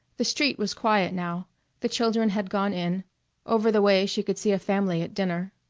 the street was quiet now the children had gone in over the way she could see a family at dinner.